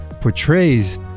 portrays